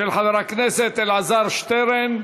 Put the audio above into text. של חבר הכנסת אלעזר שטרן.